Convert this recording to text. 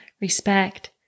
respect